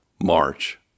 March